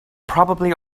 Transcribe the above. probably